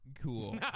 Cool